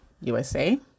USA